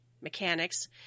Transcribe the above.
mechanics